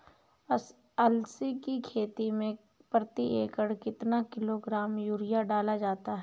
अलसी की खेती में प्रति एकड़ कितना किलोग्राम यूरिया डाला जाता है?